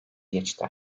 geçti